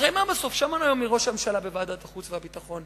שמענו היום מראש הממשלה בוועדת החוץ והביטחון